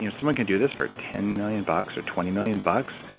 you know someone can do this for ten million bucks, or twenty million bucks?